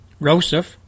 Rousseff